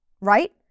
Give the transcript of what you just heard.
right